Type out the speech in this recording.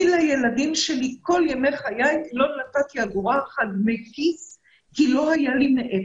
אני לילדים שלי כל ימי חיי לא נתתי דמי כיס כי לא היה לי מאיפה.